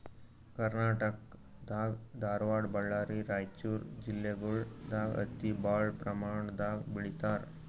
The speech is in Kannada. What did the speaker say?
ಕರ್ನಾಟಕ್ ದಾಗ್ ಧಾರವಾಡ್ ಬಳ್ಳಾರಿ ರೈಚೂರ್ ಜಿಲ್ಲೆಗೊಳ್ ದಾಗ್ ಹತ್ತಿ ಭಾಳ್ ಪ್ರಮಾಣ್ ದಾಗ್ ಬೆಳೀತಾರ್